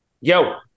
yo